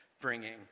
bringing